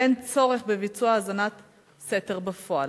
ואין צורך בביצוע האזנת סתר בפועל.